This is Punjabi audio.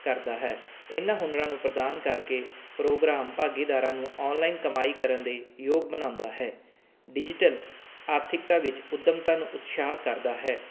ਕਰਦਾ ਹੈ ਇਹਨਾਂ ਹੁਨਰਾਂ ਨੂੰ ਪ੍ਰਦਾਨ ਕਰਕੇ ਪ੍ਰੋਗਰਾਮ ਭਾਗੀਦਾਰਾਂ ਨੂੰ ਆਨਲਾਈਨ ਕਮਾਈ ਕਰਨ ਦੇ ਯੋਗ ਬਣਾਉਂਦਾ ਹੈ ਡਿਜੀਟਲ ਆਰਥਿਕਤਾ ਵਿੱਚ ਉੱਦਮਤਾ ਨੂੰ ਉਤਸਾਹ ਕਰਦਾ ਹੈ